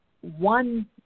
One